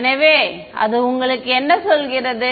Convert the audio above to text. எனவே அது உங்களுக்கு என்ன சொல்கிறது